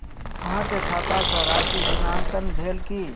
अहाँ के खाता सॅ राशि ऋणांकन भेल की?